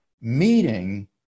meeting